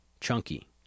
chunky